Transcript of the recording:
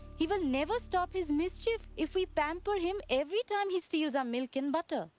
he will never stop his mischief if we pamper him every time he steals our milk and butter.